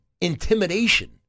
intimidation